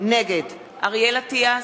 נגד אריאל אטיאס,